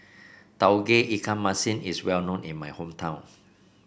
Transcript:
Tauge Ikan Masin is well known in my hometown